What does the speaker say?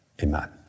amen